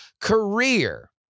career